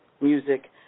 music